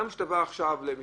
כשאתה בא למשווק